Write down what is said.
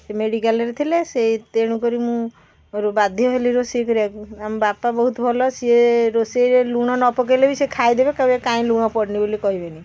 ସେ ମେଡ଼ିକାଲରେ ଥିଲେ ସେ ତେଣୁକରି ମୁଁ ବାଧ୍ୟ ହେଲି ରୋଷେଇ କରିବାକୁ ଆମ ବାପା ବହୁତ ଭଲ ସିଏ ରୋଷେଇରେ ଲୁଣ ନ ପକେଇଲେ ବି ସେ ଖାଇଦେବେ କହିବେ କାଇଁ ଲୁଣ ପଡ଼ିନି ବୋଲି କହିବେନି